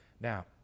Now